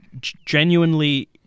genuinely